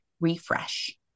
refresh